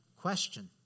question